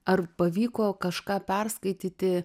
ar pavyko kažką perskaityti